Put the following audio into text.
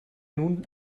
nun